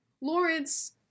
Lawrence